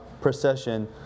procession